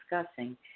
discussing